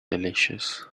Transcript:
delicious